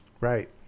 Right